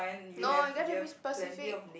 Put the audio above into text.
no you got to be specific